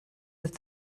with